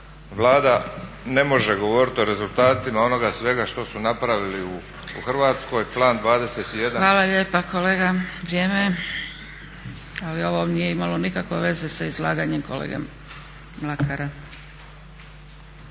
Vlada ne može govorit o rezultatima onoga svega što su napravili u Hrvatskoj, plan 21… **Zgrebec, Dragica (SDP)** Hvala lijepa kolega. Vrijeme. Ali ovo nije imalo nikakve veze sa izlaganjem kolege Mlakara.